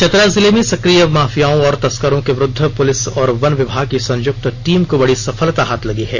चतरा जिले में सक्रिय माफियाओं और तस्करों के विरुद्ध पुलिस और वन विभाग की संयुक्त टीम को बड़ी सफलता हाथ लगी है